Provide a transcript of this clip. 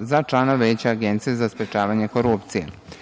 za člana Veća Agencije za sprečavanje korupcije.O